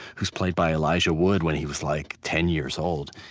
who's played by elijah wood when he was like ten years old.